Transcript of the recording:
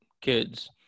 kids